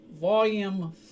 volume